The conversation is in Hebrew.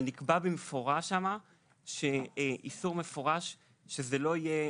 אבל נקבע שם איסור מפורש שזה לא יהיה